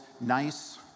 nice